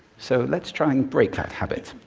so let's try and break that habit.